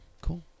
cool